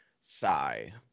Sigh